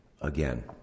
again